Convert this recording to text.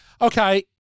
Okay